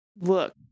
look